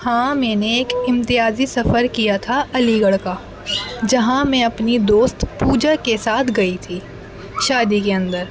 ہاں میں نے ایک امتیازی سفر کیا تھا علی گڑھ کا جہاں میں اپنی دوست پوجا کے ساتھ گئی تھی شادی کے اندر